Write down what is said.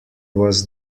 was